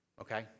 Okay